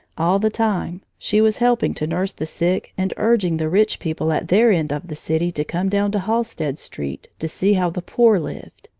all the time, she was helping to nurse the sick and urging the rich people at their end of the city to come down to halstead street to see how the poor lived.